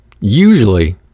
usually